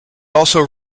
also